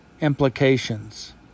implications